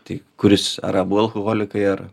tai kuris ar abu alkoholikai ar